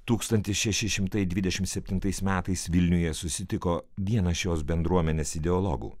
tūkstantis šeši šimtai dvidešim septintais metais vilniuje susitiko vienas šios bendruomenės ideologų